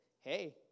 Hey